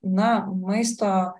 na maisto